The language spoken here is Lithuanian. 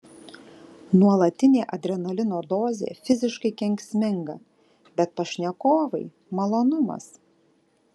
nuolatinė adrenalino dozė fiziškai kenksminga bet pašnekovai malonumas